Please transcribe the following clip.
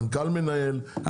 המנכ"ל מנהל,